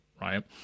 right